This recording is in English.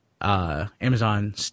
Amazon